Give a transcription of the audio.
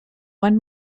one